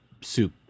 soup